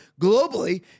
globally